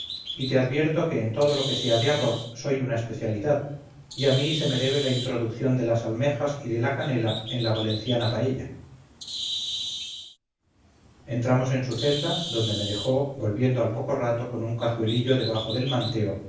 y te advierto que en todo lo que sea de arroz soy una especialidad y a mí se me debe la introducción de las almejas y de la canela en la valenciana paella entramos en su celda donde me dejó volviendo al poco rato con un cazuelillo debajo del manteo